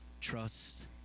Trust